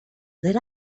lit